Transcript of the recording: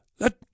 Let